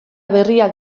berriak